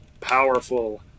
powerful